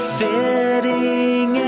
fitting